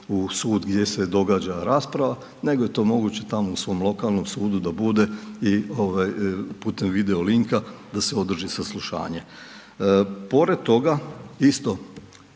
u sud gdje se događa rasprava nego je to moguće tamo u svom lokalnom sudu da bude i putem video linka da se održi saslušanje. Pored toga, isto